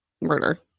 murder